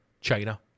China